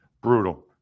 Brutal